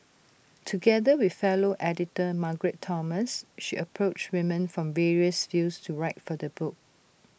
together with fellow editor Margaret Thomas she approached women from various fields to write for the book